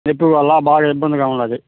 నొప్పి వల్ల బాగా ఇబ్బందిగా ఉన్నది